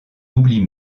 oublie